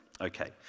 Okay